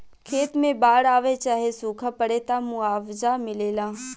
खेत मे बाड़ आवे चाहे सूखा पड़े, त मुआवजा मिलेला